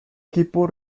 equipo